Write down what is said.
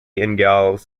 ingalls